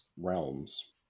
realms